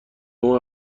اون